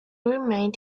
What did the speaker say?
remained